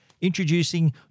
Introducing